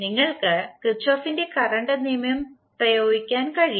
നിങ്ങൾക്ക് കിർചോഫിന്റെ കറണ്ട് നിയമം പ്രയോഗിക്കാൻ കഴിയും